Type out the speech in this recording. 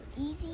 easy